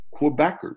Quebecers